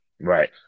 Right